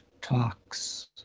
talks